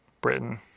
Britain